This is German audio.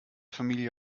familie